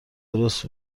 درست